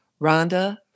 Rhonda